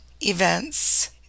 events